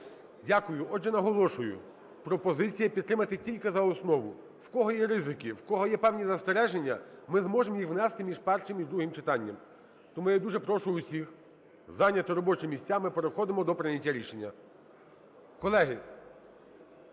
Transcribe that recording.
Дякую. Отже, наголошую, пропозиція підтримати тільки за основу. В кого є ризики, в кого є певні застереження, ми зможемо їх внести між першим і другим читанням. Тому я дуже прошу усіх зайняти робочі місця, ми переходимо до прийняття рішення.